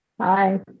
Hi